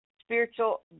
spiritual